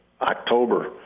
October